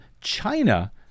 China